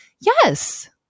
yes